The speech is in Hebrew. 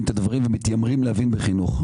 את הדברים ומתיימרים להבין בחינוך.